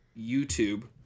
YouTube